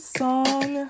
song